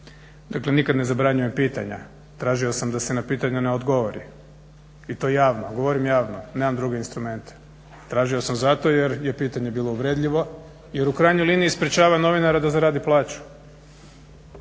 Dakle nikad ne zabranjujem pitanja, tražio sam da se na pitanje ne odgovori i to javno, govorim javno, nemam druge instrumente. Tražio sam zato jer je pitanje bilo uvredljivo, jer u krajnjoj liniji sprečava novinara da zaradi plaću.